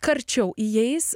karčiau įeis